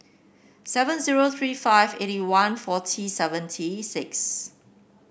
seven zero three five eighty one forty seventy six